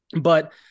but-